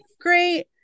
great